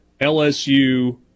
LSU